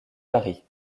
paris